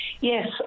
Yes